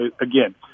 Again